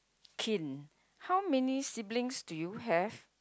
kin how many siblings do you have